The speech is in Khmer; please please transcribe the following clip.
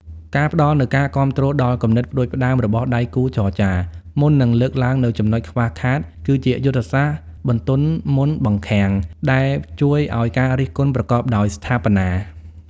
ការផ្តល់នូវការគាំទ្រដល់គំនិតផ្ដួចផ្ដើមរបស់ដៃគូចរចា មុននឹងលើកឡើងនូវចំណុចខ្វះខាត គឺជាយុទ្ធសាស្ត្រ "បន្ទន់មុនបង្ខាំង" ដែលជួយឱ្យការរិះគន់ប្រកបដោយស្ថាបនា។